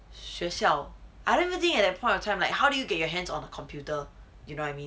学校 I don't think at that point of time like how do you get your hands on a computer you know what I mean